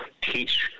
teach